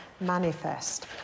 manifest